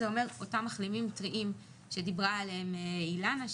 זה אומר אותם מחלימים טריים שדיברה עליהם אילנה,